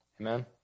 Amen